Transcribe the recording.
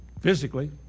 Physically